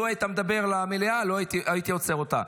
לו היית מדבר למליאה, הייתי עוצר אותה.